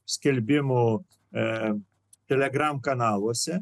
skelbimų kanaluose